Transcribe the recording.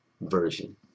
version